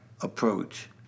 approach